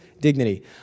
dignity